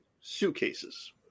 suitcases